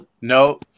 No